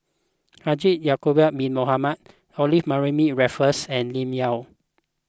Haji Ya'Acob Bin Mohamed Olivia Mariamne Raffles and Lim Yau